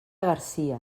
garcia